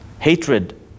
Hatred